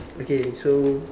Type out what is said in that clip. okay so